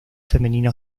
femenina